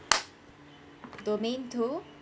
domain two